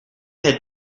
had